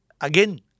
Again